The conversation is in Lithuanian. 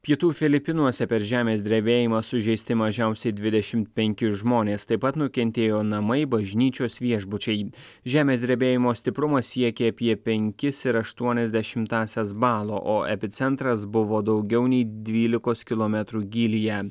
pietų filipinuose per žemės drebėjimą sužeisti mažiausiai dvidešimt penki žmonės taip pat nukentėjo namai bažnyčios viešbučiai žemės drebėjimo stiprumas siekė apie penkis ir aštuonias dešimtąsias balo o epicentras buvo daugiau nei dvylikos kilometrų gylyje